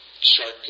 Shark